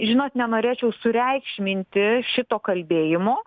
žinot nenorėčiau sureikšminti šito kalbėjimo